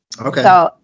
Okay